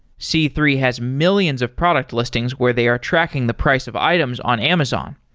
c three has millions of product listings where they are tracking the price of items on amazon.